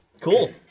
Cool